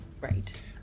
right